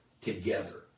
together